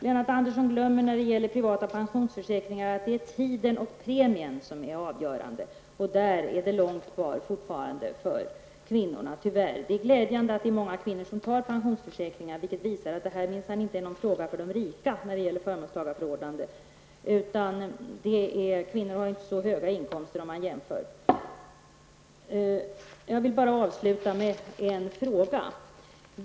Lennart Andersson glömmer när det gäller privata pensionsförsäkringar att det är tiden och premien som är avgörande. Där är det långt kvar fortfarande för kvinnor, tyvärr. Det är glädjande att många kvinnor tar pensionsförsäkring, vilket visar att det minsann inte är en fråga för de rika när det gäller förmånstagarförordnande. Kvinnorna har inte så stora inkomster. Jag vill avsluta med en fråga.